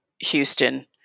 Houston